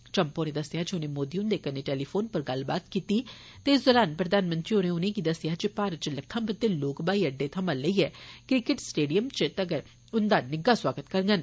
Trump होरें दस्सेआ जे उनें श्री मोदी हंदे कन्नै टेलीफोन पर गल्लबात कीती ते इस दौरान प्रधानमंत्री होरें उनें'गी दस्सेआ जे भारत च लक्खां बद्धे लोक ब्हाई अड्डे थमां लेइयै क्रिकेट स्टेडियम च तगर उंदा निग्गा सोआगत करङन